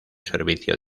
servicio